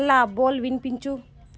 హల్లా బోల్ వినిపించు